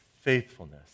faithfulness